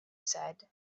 said